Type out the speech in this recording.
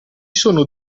sono